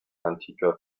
antiker